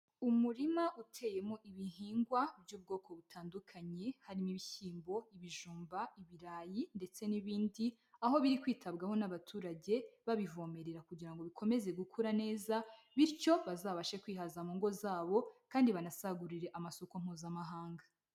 Umurima uteyemo ibihingwa by'ubwoko butandukanye, harimo: ibishyimbo, ibijumba, ibirayi, ndetse n'ibindi. Aho biri kwitabwaho n'abaturage babivomerera, kugira ngo bikomeze gukura neza, bityo bazabashe kwihaza mu ngo zabo, kandi banasagurire amasoko mpuzamahanga.